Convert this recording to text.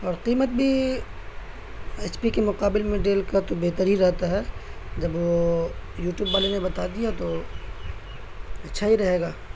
اور قیمت بھی ایچ پی کے مقابل میں ڈیل کا تو بہتر ہی رہتا ہے جب وہ یوٹیوب والے نے بتا دیا تو اچھا ہی رہے گا